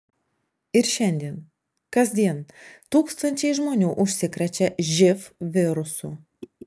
ir šiandien kasdien tūkstančiai žmonių užsikrečia živ virusu